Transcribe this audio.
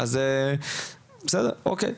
אז אוקיי.